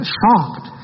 shocked